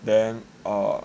then err